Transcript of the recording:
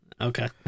Okay